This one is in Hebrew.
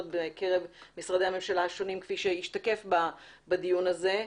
בקרב משרדי הממשלה השונים כפי שהשתקף בדיון הזה,